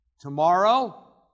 Tomorrow